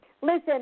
Listen